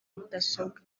mudasobwa